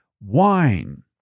wine